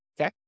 Okay